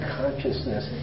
consciousness